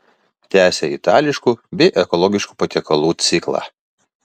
tęsia itališkų bei ekologiškų patiekalų ciklą